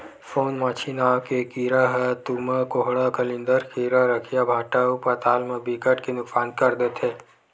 सोन मांछी नांव के कीरा ह तुमा, कोहड़ा, कलिंदर, खीरा, रखिया, भांटा अउ पताल ल बिकट के नुकसान कर देथे